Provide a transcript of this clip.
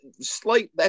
Slight